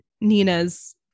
Nina's